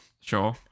sure